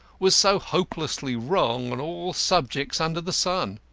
was so hopelessly wrong on all subjects under the sun.